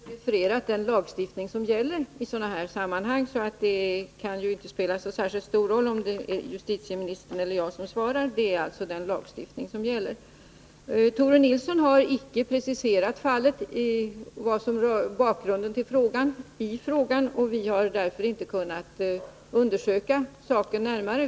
Herr talman! Jag har refererat den lagstiftning som gäller i sådana här sammanhang, så det kan inte spela särskilt stor roll om det är justitieminis tern eller jag som svarar. Tore Nilsson har icke preciserat det fall som var bakgrunden till frågan. Vi har därför inte kunnat undersöka saken närmare.